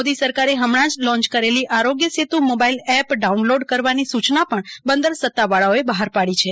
મોદી સરકારે ફમણા જ લૉન્ચ કરેલી Aarogya Setu mobile app download કરવાની સૂચના પણ બંદર સત્તાવાળાએ બહાર પાડી છે